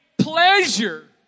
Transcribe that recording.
pleasure